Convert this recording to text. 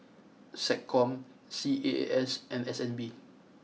Sec Com C A A S and S N B